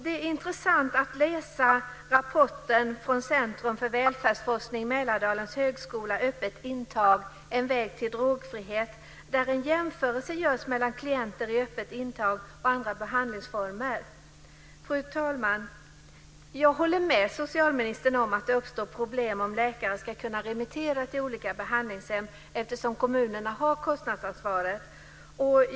Det är intressant att läsa rapporten från Centrum för välfärdsforskning vid Mälardalens högskola, Öppet intag - En väg till drogfrihet?, där en jämförelse görs mellan klienter i öppet intag och andra behandlingsformer. Fru talman! Jag håller med socialministern om att det uppstår problem om läkare ska kunna remittera till olika behandlingshem eftersom kommunerna har kostnadsansvaret.